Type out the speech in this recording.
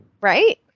right